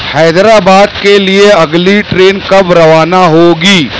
حیدرآباد کے لئے اگلی ٹرین کب روانہ ہوگی